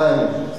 עשרה ימים.